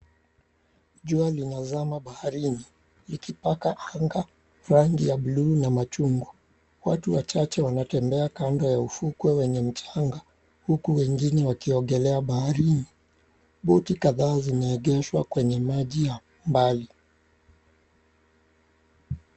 Jua linazama baharini likipaka anga rangi ya blue na machungwa. Watu wachache wanatembea kando ya ufukwe wenye mchanga huku wengine wakiogelea baharini. Boti kadhaa zimeegeshwa kwenye maji ya mbali.